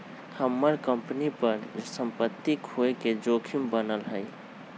हम्मर कंपनी पर सम्पत्ति खोये के जोखिम बनल हई